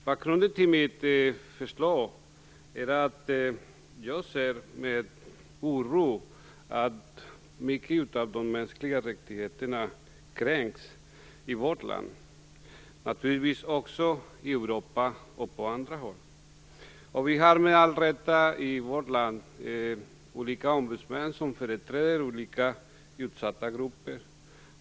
Bakgrunden till mitt förslag är att jag ser med oro att mycket av de mänskliga rättigheterna kränks i vårt land - naturligtvis även i Europa och på andra håll. Vi har, med all rätt, i vårt land olika ombudsmän som företräder olika utsatta grupper.